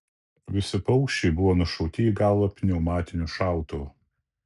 visi paukščiai buvo nušauti į galvą pneumatiniu šautuvu